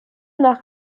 nach